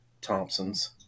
Thompson's